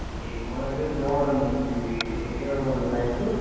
ए मलाई त जोर्डन ए एयर वान चाहिएको थियो